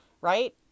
right